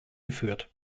geführt